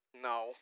No